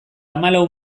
hamalau